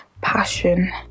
passion